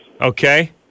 Okay